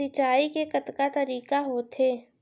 सिंचाई के कतका तरीक़ा होथे?